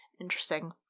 interesting